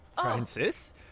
Francis